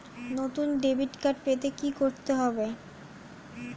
নতুন debit card পেতে কী করতে হবে?